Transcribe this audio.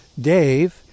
dave